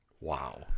Wow